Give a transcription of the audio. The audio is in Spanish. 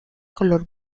color